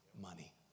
money